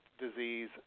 Disease